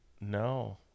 no